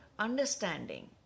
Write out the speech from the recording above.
Understanding